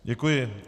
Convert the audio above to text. Děkuji.